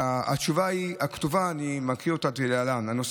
אני מקריא את התשובה הכתובה כלהלן: הנושא